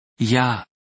Ja